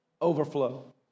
Overflow